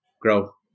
grow